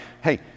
Hey